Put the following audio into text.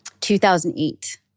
2008